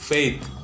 Faith